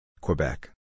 Quebec